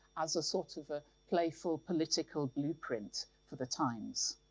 as a sort of ah playful, political blueprint for the times.